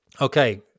Okay